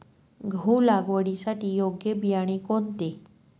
गहू लागवडीसाठी योग्य बियाणे कोणते?